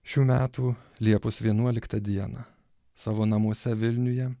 šių metų liepos vienuoliktą dieną savo namuose vilniuje